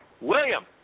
William